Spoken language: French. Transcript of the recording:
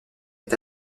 est